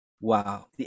Wow